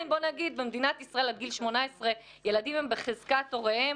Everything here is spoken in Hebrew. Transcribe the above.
במדינת ישראל ילדים עד גיל 18 הם בחזקת הוריהם,